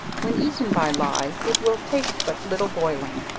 when eaten by ley it will take but little boiling.